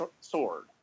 sword